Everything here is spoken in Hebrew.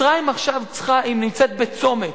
מצרים עכשיו נמצאת בצומת.